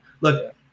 Look